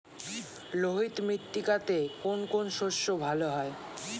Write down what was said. লোহিত মৃত্তিকাতে কোন কোন শস্য ভালো হয়?